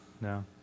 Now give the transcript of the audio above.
No